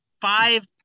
five